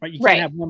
right